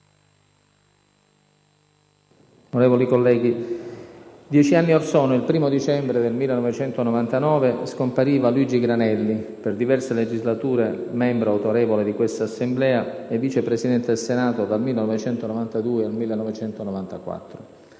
anni or sono, il 1° dicembre 1999, scompariva Luigi Granelli, per diverse legislature membro autorevole di questa Assemblea e Vice Presidente del Senato dal 1992 al 1994.